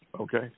okay